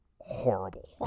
horrible